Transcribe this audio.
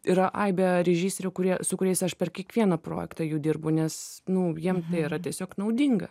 yra aibė režisierių kurie su kuriais aš per kiekvieną projektą jų dirbu nes nu jiem tai yra tiesiog naudinga